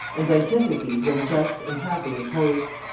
and antitheses when just, and happily opposed.